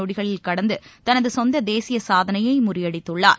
நொடிகளில் கடந்து தனது சொந்த தேசிய சாதனையை முறியடித்துள்ளார்